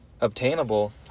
obtainable